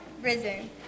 Risen